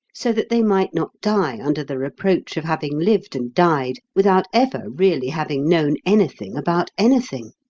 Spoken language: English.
so that they might not die under the reproach of having lived and died without ever really having known anything about anything!